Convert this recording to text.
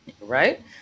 Right